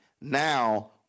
Now